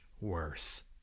worse